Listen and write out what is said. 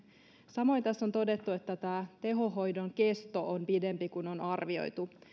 samoin tässä on todettu että tämä tehohoidon kesto on pidempi kuin on arvioitu